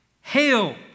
Hail